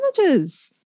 images